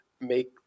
make